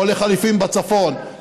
או לחלופין בצפון,